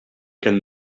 can